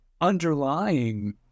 underlying